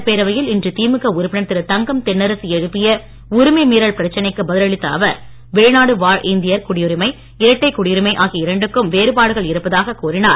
சட்டப்பேரவையில் இன்று திமுக உறுப்பினர் திரு தங்கம் தென்னரசு எழுப்பிய உரிமை மீறல் பிரச்சனைக்கு பதில் அளித்த அவர் வெளிநாடு வாழ் இந்தியர் குடியுரிமை இரட்டை குடியுரிமை ஆகிய இரண்டுக்கும் வேறுபாடுகள் இருப்பதாக கூறினார்